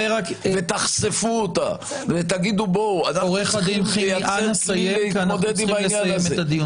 תחשפו אותה ותגידו אנחנו צריכים לייצר כלי להתמודד עם העניין הזה,